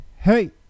hey